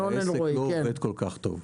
לא עובד כל-כך טוב.